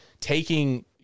taking